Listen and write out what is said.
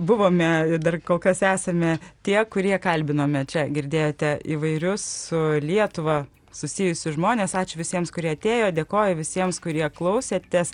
buvome dar kol kas esame tie kurie kalbinome čia girdėjote įvairius su lietuva susijusius žmones ačiū visiems kurie atėjo dėkoju visiems kurie klausėtės